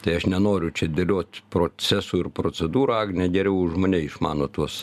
tai aš nenoriu čia dėliot procesų ir procedūrų agnė geriau už mane išmano tuos